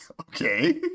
Okay